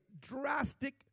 drastic